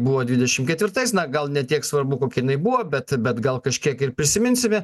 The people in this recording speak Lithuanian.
buvo dvidešim ketvirtais na gal ne tiek svarbu kokia jinai buvo bet bet gal kažkiek ir prisiminsime